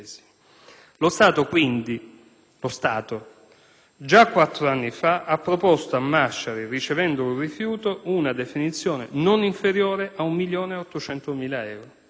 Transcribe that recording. Lo Stato, quindi, già quattro anni fa, ha proposto a Masciari, ricevendo un rifiuto, una definizione non inferiore a 1.800.000 euro.